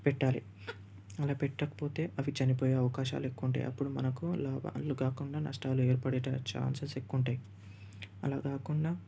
పెట్టాలి అలా పెట్టకపోతే అవి చనిపోయే అవకాశాలు ఎక్కువ ఉంటాయి అప్పుడు మనకు లాభాలు కాకుండా నష్టాలు ఏర్పడే ఛాన్సస్ ఎక్కువ ఉంటాయి అలా కాకుండా